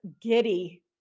giddy